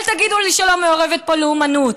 אל תגידו לי שלא מעורבת פה לאומנות.